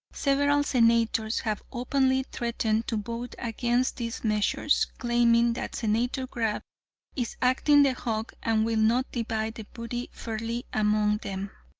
several senators have openly threatened to vote against these measures, claiming that senator grab is acting the hog and will not divide the booty fairly among them.